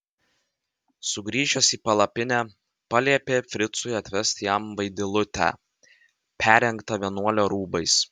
sugrįžęs į palapinę paliepė fricui atvesti jam vaidilutę perrengtą vienuolio rūbais